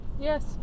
Yes